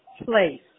place